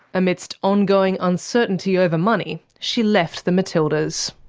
amidst ongoing uncertainty over money, she left the matildas.